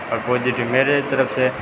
और पॉजिटिव मेरे तरफ़ से